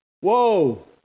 whoa